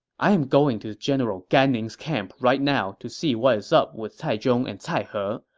i am going to general gan ning's camp right now to see what's up with cai zhong and cai he,